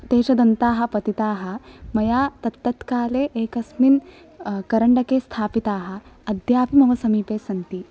तेषु दन्ताः पतिताः मया तत्तत्काले एकस्मिन् करण्डके स्थापिताः अद्यापि मम समीपे सन्ति